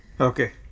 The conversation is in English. Okay